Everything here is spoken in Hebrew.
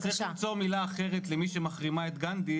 אתה צריך למצוא מילה אחרת למי שמחרימה את גנדי,